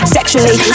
Sexually